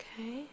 Okay